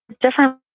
different